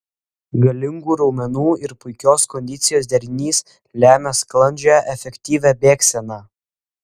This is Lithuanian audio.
galingų raumenų ir puikios kondicijos derinys lemia sklandžią efektyvią bėgseną